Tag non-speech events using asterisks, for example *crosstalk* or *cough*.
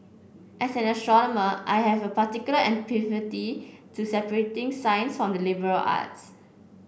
as an astronomer I have a particular *unintelligible* to separating science from the liberal arts